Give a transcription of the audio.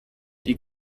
die